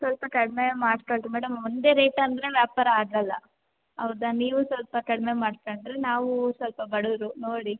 ಸ್ವಲ್ಪ ಕಡಿಮೆ ಮಾಡಿಕೊಳ್ರಿ ಮೇಡಮ್ ಒಂದೇ ರೇಟ್ ಅಂದರೆ ವ್ಯಾಪಾರ ಆಗೋಲ್ಲ ಹೌದಾ ನೀವು ಸ್ವಲ್ಪ ಕಡಿಮೆ ಮಾಡ್ಕೊಂಡ್ರೆ ನಾವೂ ಸ್ವಲ್ಪ ಬಡವರು ನೋಡಿ